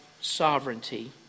sovereignty